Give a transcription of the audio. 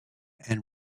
and